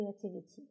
creativity